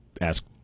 ask